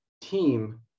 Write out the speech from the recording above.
team